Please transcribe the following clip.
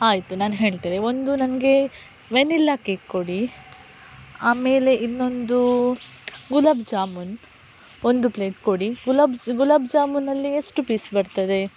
ಆಯಿತು ನಾನು ಹೇಳ್ತೇನೆ ಒಂದು ನನಗೆ ವೆನಿಲ್ಲ ಕೇಕ್ ಕೊಡಿ ಆಮೇಲೆ ಇನ್ನೊಂದು ಗುಲಾಬ್ ಜಾಮೂನ್ ಒಂದು ಪ್ಲೇಟ್ ಕೊಡಿ ಗುಲಾಬ್ ಗುಲಾಬ್ ಜಾಮೂನಲ್ಲಿ ಎಷ್ಟು ಪೀಸ್ ಬರ್ತದೆ